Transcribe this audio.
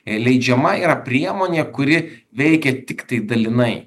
leidžiama yra priemonė kuri veikia tiktai dalinai